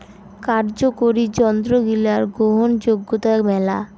কার্যকরি যন্ত্রগিলার গ্রহণযোগ্যতা মেলা